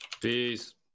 Peace